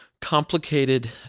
complicated